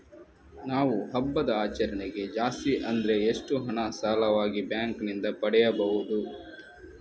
ನಾವು ಹಬ್ಬದ ಆಚರಣೆಗೆ ಜಾಸ್ತಿ ಅಂದ್ರೆ ಎಷ್ಟು ಹಣ ಸಾಲವಾಗಿ ಬ್ಯಾಂಕ್ ನಿಂದ ಪಡೆಯಬಹುದು?